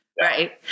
Right